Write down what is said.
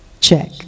check